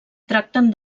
tracten